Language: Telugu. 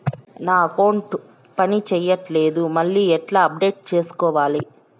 నా అకౌంట్ పని చేయట్లేదు మళ్ళీ ఎట్లా అప్డేట్ సేసుకోవాలి?